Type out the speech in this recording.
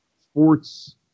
sports